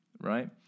right